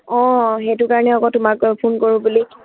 অঁ সেইটো কাৰণে আকৌ তোমাক ফোন কৰোঁ বুলি